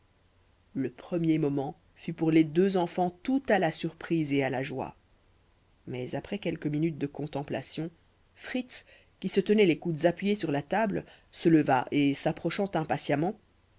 le premier moment fut pour les deux enfants tout à la surprise et à la joie mais après quelques minutes de contemplation fritz qui tenait les coudes appuyés sur la table se leva et s'approchant impatiemment